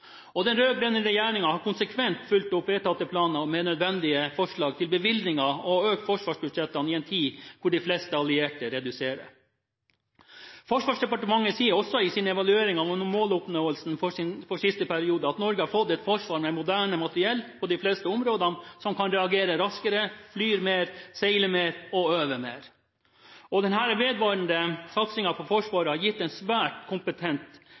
planene. Den rød-grønne regjeringen har konsekvent fulgt opp vedtatte planer med nødvendige forslag til bevilgninger og økt forsvarsbudsjettene i en tid hvor de fleste allierte reduserer. Forsvarsdepartementet sier også i sin evaluering av måloppnåelsen for siste periode at Norge har fått et forsvar med moderne materiell på de fleste områdene, som kan reagere raskere, fly mer, seile mer og øve mer. Denne vedvarende satsingen på Forsvaret har gitt en svært kompetent